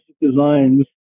designs